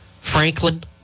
Franklin